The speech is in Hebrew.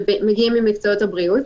שמגיעים ממקצועות הבריאות,